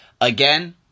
again